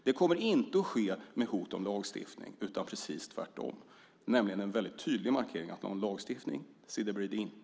Det kommer inte att ske med hot om lagstiftning utan precis tvärtom, nämligen en väldigt tydlig markering av att någon lagstiftning, si det blir det inte.